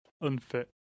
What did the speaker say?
unfit